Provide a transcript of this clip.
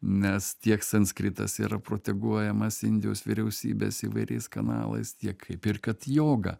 nes tiek sanskritas yra proteguojamas indijos vyriausybės įvairiais kanalais tiek kaip ir kad joga